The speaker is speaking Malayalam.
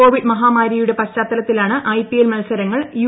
കോവിഡ് മഹാമാരിയുട്ടിക് പശ്ചാത്തലത്തിലാണ് ഐപിഎൽ മത്സരങ്ങൾ യു